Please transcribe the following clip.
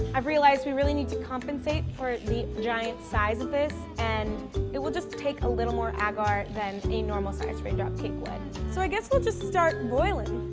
i've realized we really need to compensate for the giant size of this and it will just take a little more agar than a normal sized rain drop cake would. so i guess we'll just start boiling.